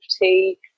tea